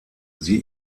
sie